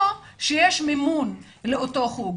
או שיש מימון לאותו חוג.